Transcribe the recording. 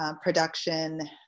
production